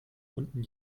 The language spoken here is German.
unten